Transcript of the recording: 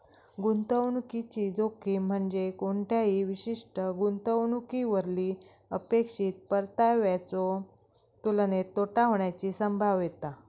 गुंतवणुकीची जोखीम म्हणजे कोणत्याही विशिष्ट गुंतवणुकीवरली अपेक्षित परताव्याच्यो तुलनेत तोटा होण्याची संभाव्यता